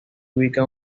ubica